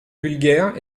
vulgaire